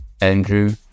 Andrew